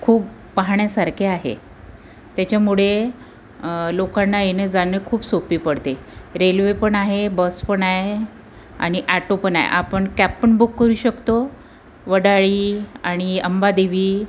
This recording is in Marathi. खूप पहाण्यासारखे आहे त्याच्यामुळे लोकांना येणंजाणं खूप सोपं पडते रेल्वेपण आहे बसपण आहे आहे ॲटोपण आहे आपण कॅपपण बुक करू शकतो वडाळी आणि अंबादेवी